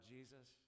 Jesus